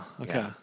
Okay